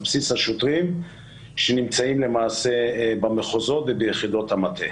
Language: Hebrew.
על בסיס השוטרים שנמצאים למעשה במחוזות וביחידות המטה,